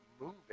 moving